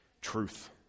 truth